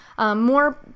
More